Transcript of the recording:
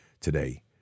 today